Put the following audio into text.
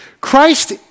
Christ